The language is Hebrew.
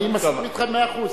אני מסכים אתך במאה אחוז.